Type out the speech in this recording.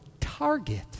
target